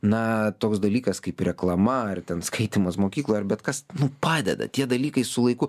na toks dalykas kaip reklama ar ten skaitymas mokykloje bet kas nu padeda tie dalykai su laiku